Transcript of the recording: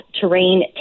terrain